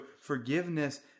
forgiveness